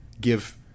give